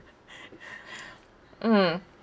mmhmm